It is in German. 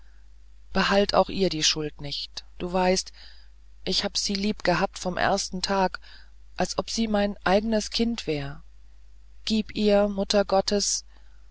behalte auch ihr die schuld nicht du weißt ich hab sie lieb gehabt vom ersten tag als ob sie mein eigen's kind wär gib ihr